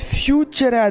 future